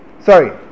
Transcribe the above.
Sorry